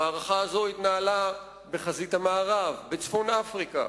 המערכה הזאת התנהלה בחזית המערב, בצפון-אפריקה,